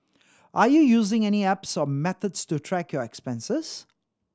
are you using any apps or methods to track your expenses